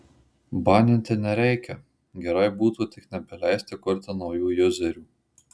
baninti nereikia gerai būtų tik nebeleisti kurti naujų juzerių